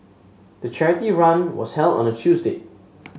the charity run was held on a Tuesday